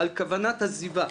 בכוונת עזיבה.